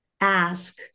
ask